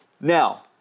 now